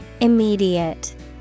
Immediate